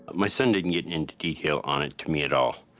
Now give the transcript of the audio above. my son didn't get into detail on it to me at all.